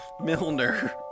Milner